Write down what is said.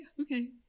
okay